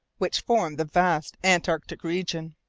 which formed the vast antarctic region.